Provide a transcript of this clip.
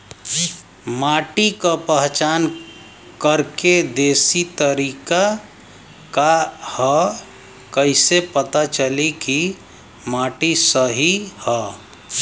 माटी क पहचान करके देशी तरीका का ह कईसे पता चली कि माटी सही ह?